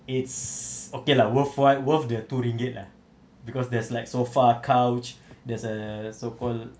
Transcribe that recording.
it's okay lah worthwhile worth the two ringgit lah because there's like sofa couch there's a so called